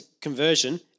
conversion